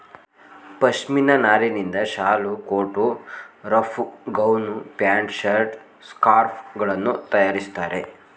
ಪಶ್ಮಿನ ನಾರಿನಿಂದ ಶಾಲು, coat, rug, gown, pant, shirt, scarf ಗಳನ್ನು ತರಯಾರಿಸ್ತರೆ